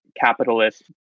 capitalist